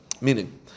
Meaning